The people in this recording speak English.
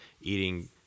eating